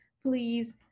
please